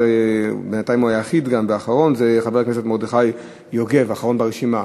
ובינתיים הוא היחיד והאחרון ברשימה,